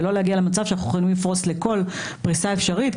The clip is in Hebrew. ולא להגיע למצב שאנחנו יכולים לפרוס לכל פריסה אפשרית,